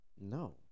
No